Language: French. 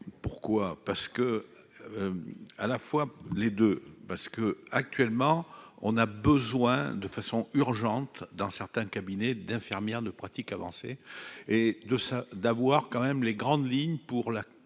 pourquoi, parce que, à la fois les deux parce que, actuellement, on a besoin de façon urgente dans certains cabinets d'infirmière de pratique avancée et de ça, d'avoir quand même les grandes lignes pour la